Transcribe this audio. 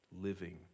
living